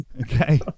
Okay